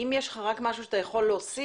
אם יש לך משהו שאתה יכול להוסיף